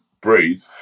breathe